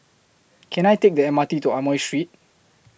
Can I Take The M R T to Amoy Street